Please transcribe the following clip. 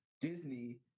Disney